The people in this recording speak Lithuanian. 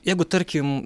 jeigu tarkim